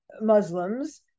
Muslims